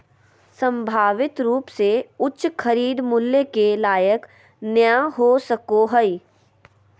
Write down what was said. संभावित रूप से उच्च खरीद मूल्य के लायक नय हो सको हइ